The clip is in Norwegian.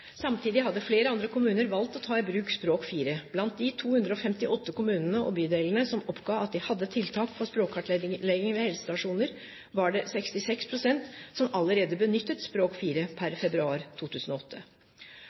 Samtidig hadde flere andre kommuner valgt å ta i bruk Språk 4. Blant de 258 kommunene og bydelene som oppga at de hadde tiltak for språkkartlegging ved helsestasjoner, var det per februar 2008 66 pst. som allerede benyttet Språk